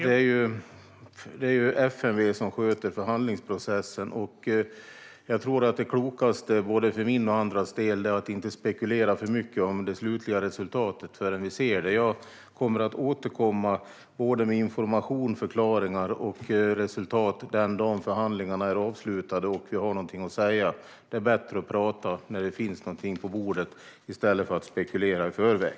Herr talman! Det är FMV som sköter förhandlingsprocessen. Jag tror att det klokaste för både min och andras del är att inte spekulera för mycket om det slutliga resultatet förrän vi ser det. Jag kommer att återkomma med information, förklaringar och resultat den dagen förhandlingarna är avslutade och jag har något att säga. Det är bättre att prata när det finns något på bordet i stället för att spekulera i förväg.